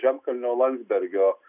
žemkalnio landsbergio